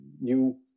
new